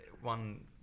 One